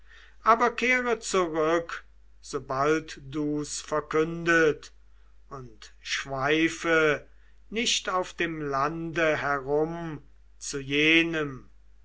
aber kehre zurück sobald du's verkündet und schweife nicht auf dem lande herum zu jenem